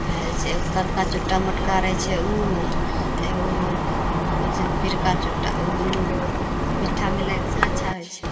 करिका चुट्टा मोटका रहैत छै ओ एगो ओ जे पिरका चुट्टा ओ दुन्नू मिट्ठा मिलाइ दै छियै ने अच्छा होइत छै